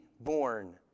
born